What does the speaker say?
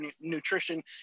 nutrition